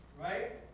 right